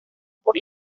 por